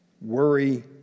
worry